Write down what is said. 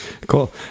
Cool